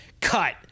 Cut